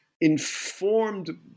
informed